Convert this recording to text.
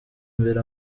imbere